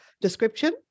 description